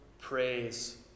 praise